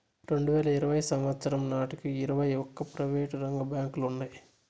రెండువేల ఇరవై సంవచ్చరం నాటికి ఇరవై ఒక్క ప్రైవేటు రంగ బ్యాంకులు ఉన్నాయి